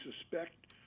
suspect